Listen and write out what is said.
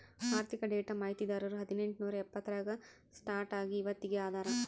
ಆರ್ಥಿಕ ಡೇಟಾ ಮಾಹಿತಿದಾರರು ಹದಿನೆಂಟು ನೂರಾ ಎಪ್ಪತ್ತರಾಗ ಸ್ಟಾರ್ಟ್ ಆಗಿ ಇವತ್ತಗೀ ಅದಾರ